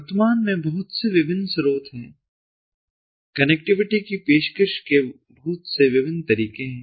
वर्तमान में बहुत से विभिन्न स्रोत हैं कनेक्टिविटी की पेशकश के बहुत से विभिन्न तरीके हैं